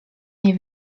nie